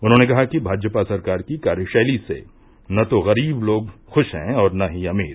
उन्होंने कहा कि भाजपा सरकार की कार्यशैली से न तो गरीब लोग खुश है और न ही अमीर